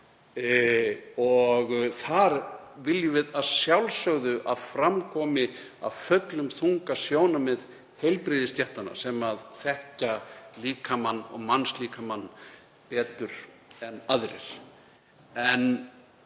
og þar viljum við að sjálfsögðu að fram komi af fullum þunga sjónarmið heilbrigðisstéttanna sem þekkja mannslíkamann betur en aðrir.